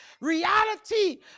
reality